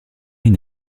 une